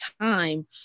time